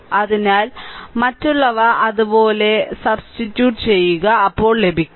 അതിനാൽ മറ്റുള്ളവ അതുപോലെ സുബ്സ്ടിട്യൂറ്റ് ചെയുക അപ്പോൾ ലഭിക്കും